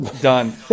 Done